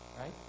Right